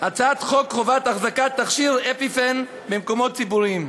הצעת חוק חובת החזקת תכשיר אפינפרין במקומות ציבוריים.